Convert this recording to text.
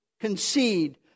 concede